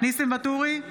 ניסים ואטורי,